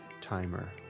timer